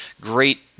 great